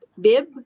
bib